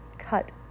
cut